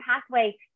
pathway